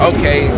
Okay